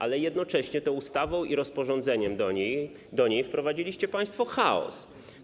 Ale jednocześnie tą ustawą i rozporządzeniem do niej wprowadziliście państwo chaos.